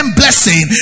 blessing